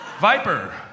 Viper